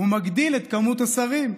הוא מגדיל את כמות השרים.